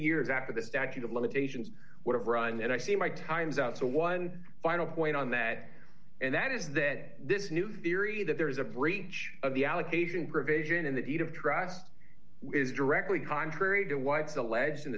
years after the statute of limitations would have run then i say my time's up so one final point on that and that is that this new theory that there is a breach of the allocation provision in the deed of trust is directly contrary to why it's alleged